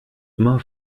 immer